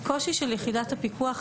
הקושי של יחידת הפיקוח,